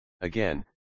Again